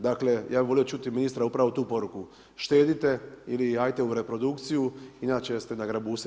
Dakle, ja bi volio čuti ministra upravo tu poruku, štedite ili ajte u reprodukciju inače ste nagrabusili.